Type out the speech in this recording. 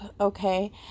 Okay